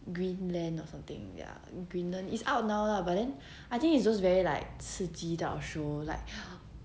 greenland or something ya greenland it's out now lah but then I think it's those very like 刺激 type of show like